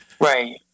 Right